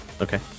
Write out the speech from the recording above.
okay